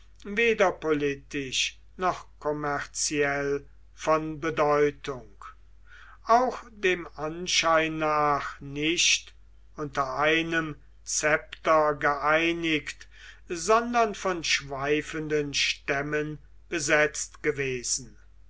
politisch noch kommerziell von bedeutung auch dem anschein nach nicht unter einem szepter geeinigt sondern von schweifenden stämmen besetzt gewesen